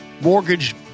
mortgage